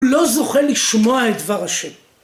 לא זוכה לשמוע את דבר השם